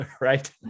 Right